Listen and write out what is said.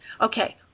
okay